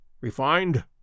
Refined